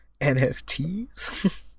NFTs